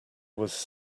was